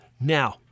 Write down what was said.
Now